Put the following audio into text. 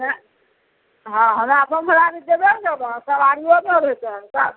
अऽ हेँ हँ हमरा बम भराड़ी जेबय ने करबऽ सवारियो सब हेतय तब